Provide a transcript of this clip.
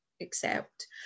accept